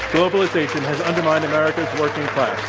globalization has undermined america's working class.